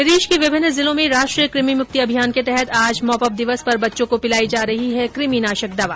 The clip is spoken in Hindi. प्रदेश के विभिन्न जिलों में राष्ट्रीय कृमिमुक्ति अभियान के तहत आज मॉपअप दिवस पर बच्चों को पिलाई जा रही है क्रमिनाशक दवा